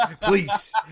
please